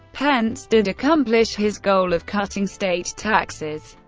pence did accomplish his goal of cutting state taxes.